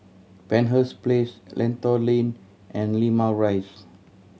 Penshurst Place Lentor Lane and Limau Rise